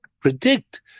predict